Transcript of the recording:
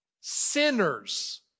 sinners